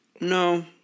No